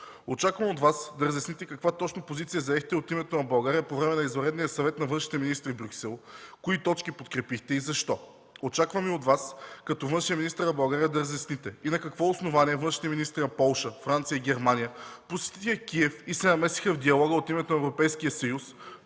Очаквам от Вас да разясните каква точно позиция заехте от името на България по време на извънредния Съвет на външните министри в Брюксел, кои точки подкрепихте и защо? Очаквам от Вас като външен министър на България да разясните и на какво основание външните министри на Полша, Франция и Германия посетиха Киев и се намесиха в диалога от името на Европейския съюз,